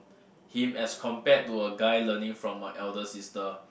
him as compared to a guy learning from a elder sister